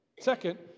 Second